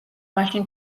მაშინ